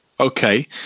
Okay